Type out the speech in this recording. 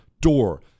door